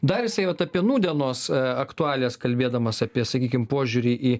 dar jisai vat apie nūdienos aktualijas kalbėdamas apie sakykim požiūrį į